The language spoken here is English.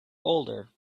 older